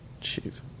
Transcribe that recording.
Jeez